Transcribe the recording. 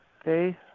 okay